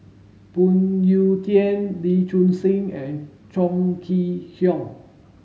Phoon Yew Tien Lee Choon Seng and Chong Kee Hiong